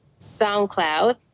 soundcloud